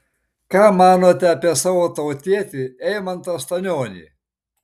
ką manote apie savo tautietį eimantą stanionį